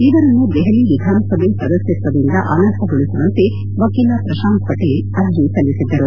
ಇವರನ್ನು ದೆಪಲಿ ವಿಧಾನಸಭೆ ಸದಸ್ತ್ವದಿಂದ ಅನರ್ಪಗೊಳಿಸುವಂತೆ ವಕೀಲ ಪ್ರಶಾಂತ್ ಪಟೇಲ್ ಅರ್ಜಿ ಸಲ್ಲಿಸಿದ್ದರು